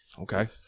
okay